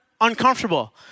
uncomfortable